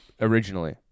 originally